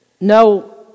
No